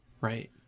Right